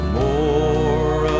more